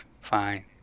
fine